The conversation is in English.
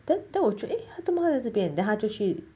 then then 我就 eh 他怎么在这边 then 他就去